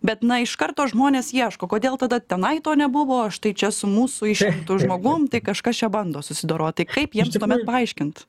bet na iš karto žmonės ieško kodėl tada tenai to nebuvo štai čia su mūsų išrinktu žmogum tai kažkas čia bando susidorot tai kaip jiems tuomet paaiškint